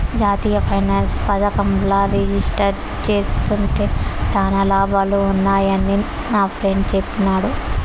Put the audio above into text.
జాతీయ పెన్సన్ పదకంల రిజిస్టర్ జేస్కుంటే శానా లాభాలు వున్నాయని నాఫ్రెండ్ చెప్పిన్నాడు